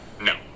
No